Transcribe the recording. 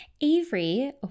Avery